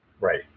right